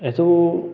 ଏସବୁ